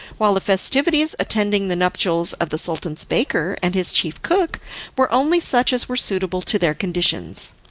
while the festivities attending the nuptials of the sultan's baker and his chief cook were only such as were suitable to their conditions.